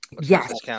Yes